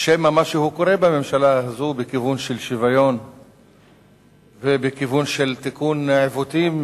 שמא משהו קורה בממשלה הזאת בכיוון של שוויון ובכיוון של תיקון עיוותים